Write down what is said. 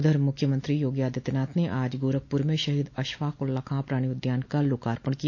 उधर मुख्यमंत्री योगी आदित्यनाथ ने आज गोरखपुर में शहीद अशफाक उल्ला खां प्राणि उद्यान का लोकार्पण किया